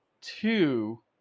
Two